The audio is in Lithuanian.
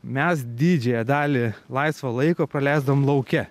mes didžiąją dalį laisvo laiko praleisdavom lauke